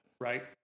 Right